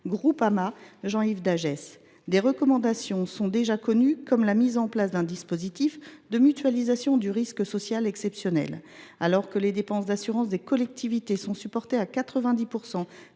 Groupama, Jean Yves Dagès. Des recommandations sont déjà connues, comme la mise en place d’un dispositif de « mutualisation du risque social exceptionnel ». Alors que les dépenses d’assurance des collectivités sont supportées à 90